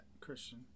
Christian